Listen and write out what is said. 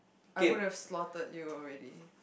I would have slaughtered you already